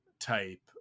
type